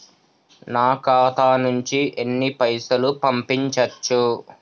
నా ఖాతా నుంచి ఎన్ని పైసలు పంపించచ్చు?